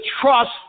trust